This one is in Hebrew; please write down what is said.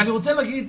ואני רוצה להגיד,